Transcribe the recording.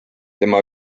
tema